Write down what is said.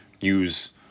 use